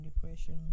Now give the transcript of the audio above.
depression